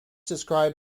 describe